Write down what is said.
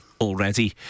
already